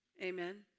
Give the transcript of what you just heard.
Amen